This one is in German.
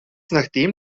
nachdem